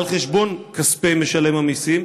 על חשבון כספי משלם המיסים,